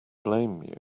blame